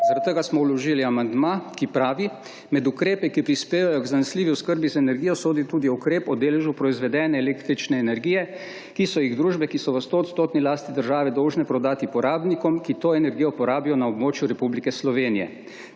zaradi tega smo vložili amandma, ki pravi, da med ukrepe, ki prispevajo k zanesljivi oskrbi z energijo, sodi tudi ukrep o deležu proizvedene električne energije, ki so jih družbe, ki so v stoodstotni lasti države, dolžne prodati porabnikom, ki to energijo porabijo na območju Republike Slovenije.